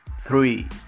Three